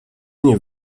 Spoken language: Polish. nie